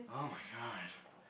[oh]-my-god